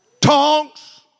tongs